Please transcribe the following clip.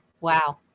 Wow